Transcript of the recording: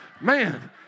Man